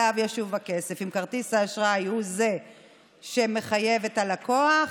אליו ישוב הכסף: אם כרטיס האשראי הוא זה שמחייב את הלקוח,